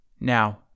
Now